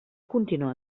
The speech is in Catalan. continuar